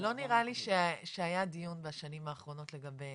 לא נראה לי שהיה דיון בשנים האחרונות לגבי